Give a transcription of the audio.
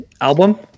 Album